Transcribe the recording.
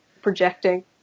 projecting